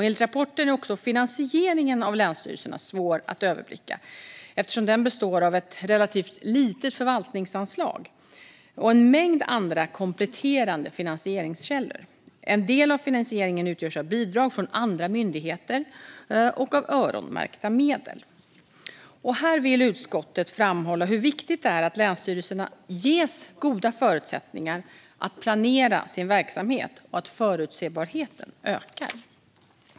Enligt rapporten är också finansieringen av länsstyrelserna svår att överblicka, eftersom den består av ett relativt litet förvaltningsanslag och en mängd andra kompletterande finansieringskällor. En del av finansieringen utgörs av bidrag från andra myndigheter och av öronmärkta medel. Här vill utskottet framhålla hur viktigt det är att länsstyrelserna ges goda förutsättningar att planera sin verksamhet och att förutsebarheten ökar.